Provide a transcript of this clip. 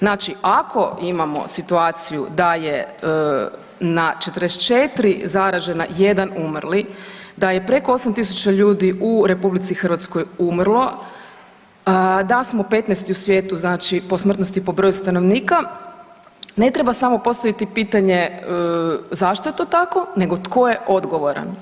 Znači ako imamo situaciju da je na 44 zaražena 1 umrli, da je preko 8000 ljudi u RH umrlo, da smo 15. u svijetu znači po smrtnosti po broju stanovnika, ne treba samo postaviti pitanje zašto je to tako nego tko je odgovaran.